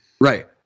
Right